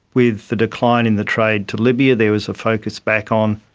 with the decline in the trade to libya there was a focus back on,